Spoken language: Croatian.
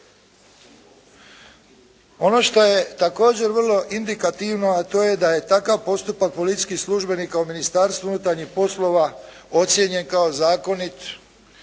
Ono što je također vrlo indikativno, a to je da je takav postupak policijskih službenika u Ministarstvu unutarnjih poslova ocijenjen kao zakonit